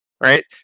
Right